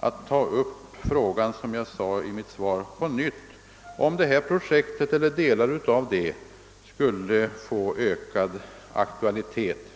att ta upp frågan på nytt, om det nämnda projektet eller delar av det skulle få ökad aktualitet.